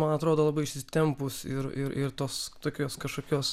man atrodo labai išsitempus ir ir tos tokios kažkokios